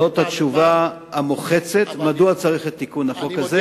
זו התשובה המוחצת מדוע צריך את תיקון החוק הזה.